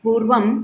पूर्वं